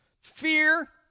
fear